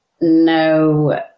no